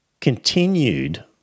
continued